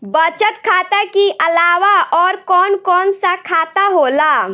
बचत खाता कि अलावा और कौन कौन सा खाता होला?